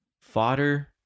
Fodder